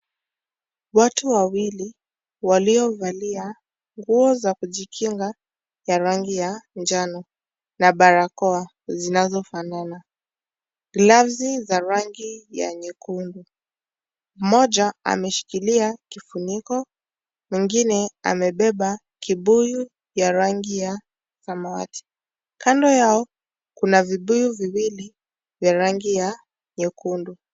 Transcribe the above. Watu wawili waliovalia nguo za kujikinga, ya rangi ya njano, na barakoa zinazofanana. Glavu za rangi ya nyekundu. Mmoja ameshikilia kifuniko, mwingine amebeba kibuyu ya rangi ya samawati. Kando yao kuna vibuyu viwili vya rangi ya nyekundu.